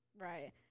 Right